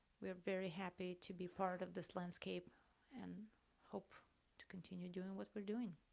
we're very happy to be part of this landscape and hope to continue doing what we're doing.